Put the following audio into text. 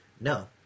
No